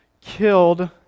killed